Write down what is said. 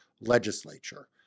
legislature